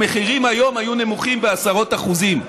המחירים היום היו נמוכים בעשרות אחוזים.